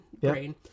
brain